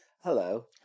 Hello